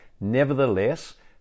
Nevertheless